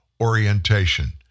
orientation